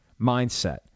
mindset